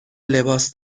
لباس